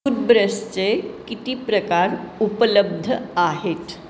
टूथब्रशचे किती प्रकार उपलब्ध आहेत